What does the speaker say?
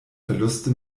verluste